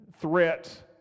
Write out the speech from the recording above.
threat